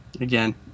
Again